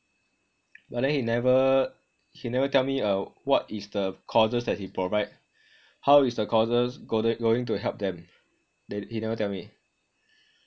but then he never he never tell me uh what is the courses that he provide how is the courses going to help them he never tell me